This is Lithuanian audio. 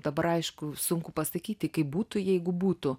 dabar aišku sunku pasakyti kaip būtų jeigu būtų